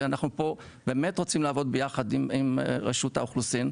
ואנחנו פה באמת רוצים לעבוד ביחד עם רשות האוכלוסין],